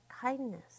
kindness